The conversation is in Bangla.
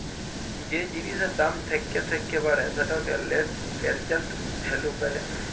যে জিলিসের দাম থ্যাকে থ্যাকে বাড়ে সেটকে লেট্ পেরজেল্ট ভ্যালু ব্যলে